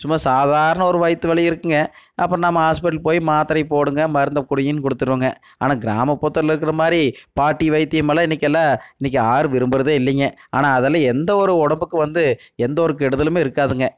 சும்மா சாதாரண ஒரு வயிற்று வலி இருக்குங்க அப்போ நம்ம ஹாஸ்பெட்டலு போய் மாத்தரையை போடுங்கள் மருந்தை குடிங்கன்னு கொடுத்துருவோங்க ஆனால் கிராமப்புறத்தில் இருக்கிற மாதிரி பாட்டி வைத்தியம் எல்லாம் இன்றைக்கெல்லாம் இன்றைக்கி யாரும் விரும்புகிறதே இல்லைங்க ஆனால் அதெல்லாம் எந்த ஒரு உடம்புக்கு வந்து எந்த ஒரு கெடுதலுமே இருக்காதுங்க